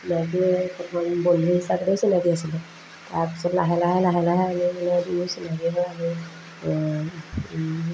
বাকী প্ৰথমে বন্ধু হিচাপেই চিনাকি হৈছিলোঁ তাৰপিছত লাহে লাহে লাহে লাহে আমি চিনাকি হৈ আজৰি